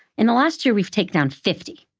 in the last year, we've taken down fifty.